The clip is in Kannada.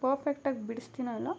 ಪಫೆಕ್ಟಾಗಿ ಬಿಡಿಸ್ತೀನೋ ಇಲ್ವೋ